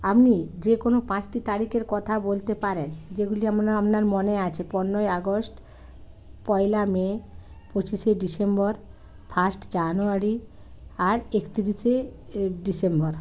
আপনি যে কোনো পাঁচটি তারিখের কথা বলতে পারেন যেগুলি যেপনা আপনার মনে আছে পনেরোই আগস্ট পয়লা মে পঁচিশে ডিসেম্বর ফার্স্ট জানুয়ারি আর একতিরিশে এ ডিসেম্বর